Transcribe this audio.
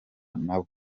nabo